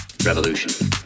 REVOLUTION